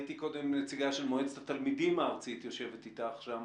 ראיתי קודם נציגה של מועצת התלמידים הארצית יושבת איתך שם.